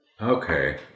Okay